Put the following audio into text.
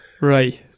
Right